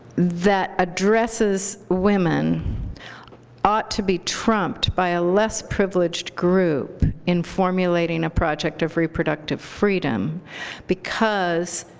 that addresses women ought to be trumped by a less privileged group in formulating a project of reproductive freedom because